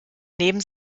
neben